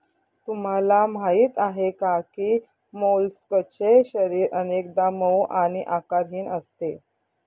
तुम्हाला माहीत आहे का की मोलस्कचे शरीर अनेकदा मऊ आणि आकारहीन असते